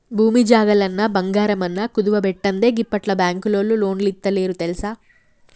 భూమి జాగలన్నా, బంగారమన్నా కుదువబెట్టందే గిప్పట్ల బాంకులోల్లు లోన్లిత్తలేరు తెల్సా